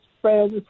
friends